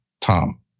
Tom